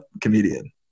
comedian